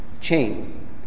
Chain